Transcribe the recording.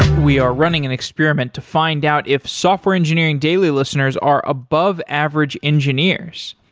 we are running an experiment to find out if software engineering daily listeners are above average engineers.